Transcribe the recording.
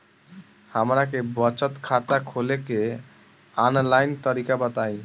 हमरा के बचत खाता खोले के आन लाइन तरीका बताईं?